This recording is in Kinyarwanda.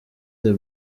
the